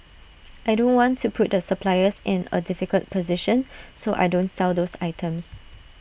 I don't want to put the suppliers in A difficult position so I don't sell those items